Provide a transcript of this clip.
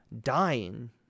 dying